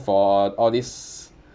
for all these